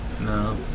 No